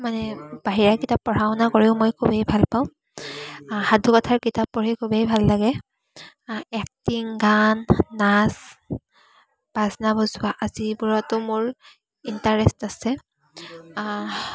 মানে বাহিৰা কিতাপ পঢ়া শুনা কৰিও মই খুবেই ভালপাওঁ সাধু কথাৰ কিতাপ পঢ়ি খুবেই ভাল লাগে এক্টিং গান নাচ বাজনা বজোৱা আদিবোৰতো মোৰ ইন্টাৰেষ্ট আছে